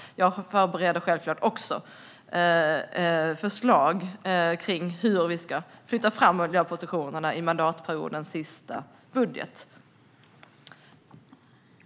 Jag förbereder självklart också förslag om hur vi ska flytta fram miljöpositionerna i mandatperiodens sista budget.